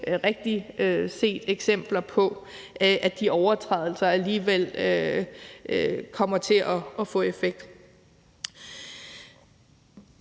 rigtig set eksempler på, at de overtrædelser alligevel kommer til at få effekt.